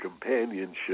companionship